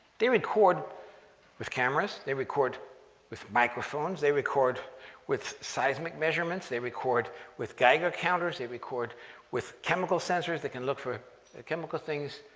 they record with cameras. they record with microphones. they record with seismic measurements. they record with geiger counters. they record with chemical sensors, they can look for ah chemical things.